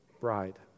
bride